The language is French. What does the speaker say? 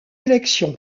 élection